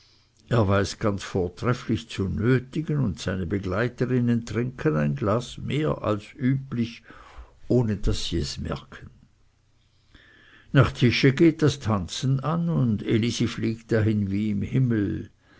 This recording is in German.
er weiß ganz vortrefflich zu nötigen und seine begleiterinnen trinken ein glas mehr als üblich ohne daß sie es merken nach tische geht das tanzen an und elisi fliegt dahin wie im himmel